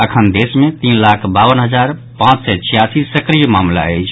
अखन देश मे तीन लाख बावन हजार पांच सय छियासी सक्रिय मामिला अछि